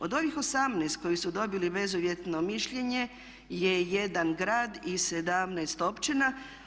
Od ovih 18 koji su dobili bezuvjetno mišljenje je jedan grad i 17 općina.